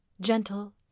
gentle